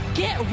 get